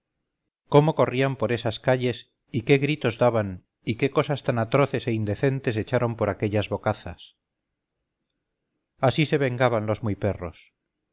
cómo corrían por esas calles y quégritos daban y qué cosas tan atroces e indecentes echaron por aquellas bocazas así se vengaban los muy perros